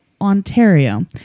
Ontario